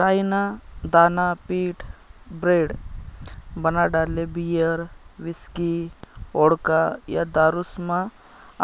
राई ना दाना पीठ, ब्रेड, बनाडाले बीयर, हिस्की, वोडका, या दारुस्मा